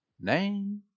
Name